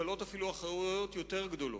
מוטלות אפילו אחריויות יותר גדולות.